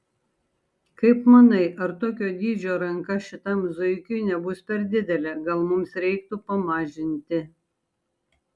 kaip manai ar tokio dydžio ranka šitam zuikiui nebus per didelė gal mums reiktų pamažinti